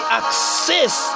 access